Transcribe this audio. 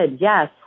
yes